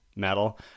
metal